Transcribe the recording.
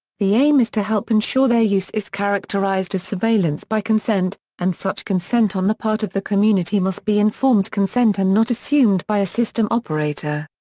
the aim is to help ensure their use is characterised as surveillance by consent, and such consent on the part of the community must be informed consent and not assumed by a system operator.